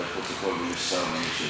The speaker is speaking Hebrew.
יש פרוטוקול ויש שר.